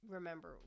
Remember